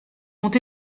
ont